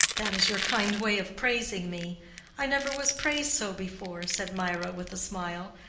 that is your kind way of praising me i never was praised so before, said mirah, with a smile,